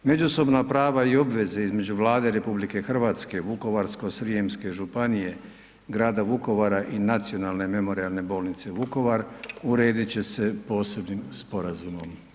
Međusobna prava i obveze između Vlade RH, Vukovarsko-srijemske županije, grada Vukovara i Nacionalne memorijalne bolnice Vukovar uredit će se posebnim sporazumom.